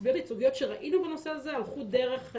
התביעות הייצוגיות שראינו בנושא הזה הלכו דרך,